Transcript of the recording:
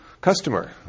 customer